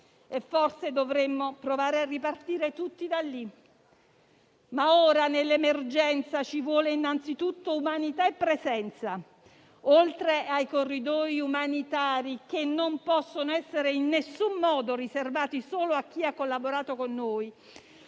e forse dovremmo provare a ripartire tutti da lì. Ma ora, nell'emergenza, ci vogliono innanzitutto umanità e presenza. Oltre ai corridoi umanitari, che non possono essere in alcun modo riservati solo a chi ha collaborato con noi;